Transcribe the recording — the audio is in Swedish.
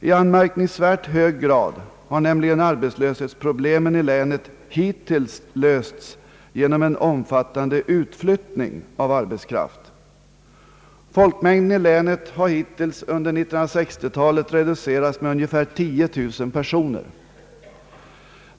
I anmärkningsvärt hög grad har nämligen arbetslöshetsproblemen i länet hittills lösts genom en omfattande utflyttning av arbetskraft. Folkmängden i länet har hittills under 1960-talet reducerats med ungefär 10 000 personer.